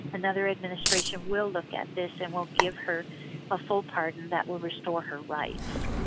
another administration will look at this and will give her a full pardon that will restore her rights.